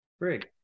great